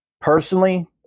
personally